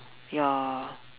ya